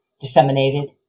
disseminated